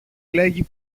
λέγει